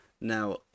Now